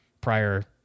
prior